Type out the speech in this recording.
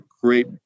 great